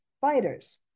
fighters